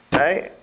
right